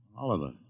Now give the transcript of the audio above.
Oliver